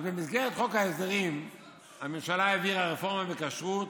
אז במסגרת חוק ההסדרים הממשלה העבירה רפורמה בכשרות,